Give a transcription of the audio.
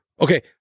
okay